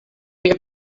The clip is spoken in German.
wir